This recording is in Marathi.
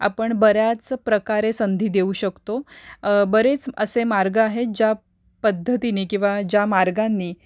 आपण बऱ्याच प्रकारे संधी देऊ शकतो बरेच असे मार्ग आहेत ज्या पद्धतीने किंवा ज्या मार्गांनी